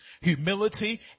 humility